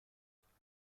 ملاقات